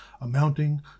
amounting